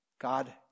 God